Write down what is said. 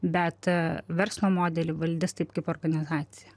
bet verslo modelį valdys taip kaip organizacija